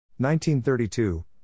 1932